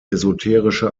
esoterische